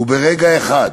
וברגע אחד,